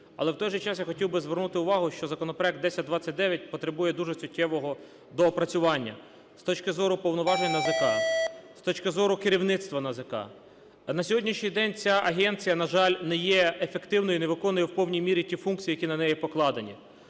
Але в той же час я хотів звернути увагу, що законопроект 1029 потребує дуже суттєвого доопрацювання з точки зору повноважень НАЗК, з точки зору керівництва НАЗК. На сьогоднішній день ця агенція, на жаль, не є ефективною і не виконує в повній мірі ті функції, які на неї покладені.